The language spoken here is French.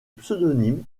pseudonyme